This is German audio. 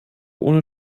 ohne